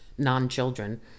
non-children